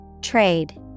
Trade